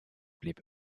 blieb